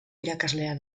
irakaslea